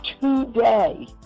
today